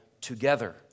together